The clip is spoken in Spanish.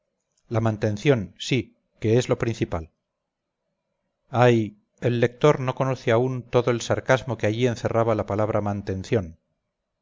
la mantención sí que es lo principal ay el lector no conoce aún todo el sarcasmo que allí encerraba la palabra mantención